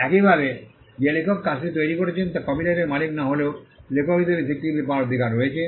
একইভাবে এবং যে লেখক কাজটি তৈরি করেছেন তার কপিরাইটের মালিক না হলেও লেখক হিসাবে স্বীকৃতি পাওয়ার অধিকার রয়েছে